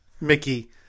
Mickey